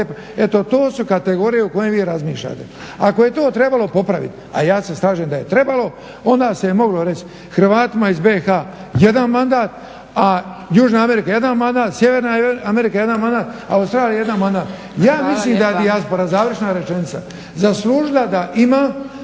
Eto to su kategorije o kojima vi razmišljate. Ako je to trebalo popravit, a ja se slažem da je trebalo onda se moglo reći Hrvatima iz BiH jedan mandat, Južna Amerika jedan mandat, Sjeverna Amerika jedan mandat, Australija jedan mandat. Ja mislim da dijaspora… **Zgrebec, Dragica